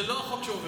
זה לא החוק שעובר.